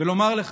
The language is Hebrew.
ולומר לך,